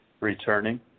returning